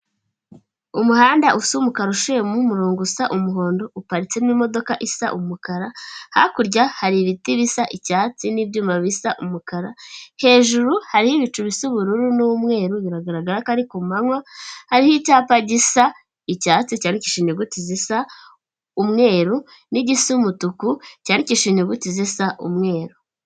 Umuhanda usumukarushe umurongo usa umuhondo uparitse n'imodoka isa umukara, hakurya hari ibiti bisa icyatsi n'ibyuma bisa umukara hejuru hariho ibicu bisa ubururu n'umweru biragaragara ko ari ku manywa, hariho icyapa gisa icyatsi cyarishe inyuguti zisa umweru n'igisa umutuku cyarikishe inyuguti zisa umweru.